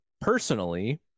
personally